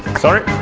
sorry!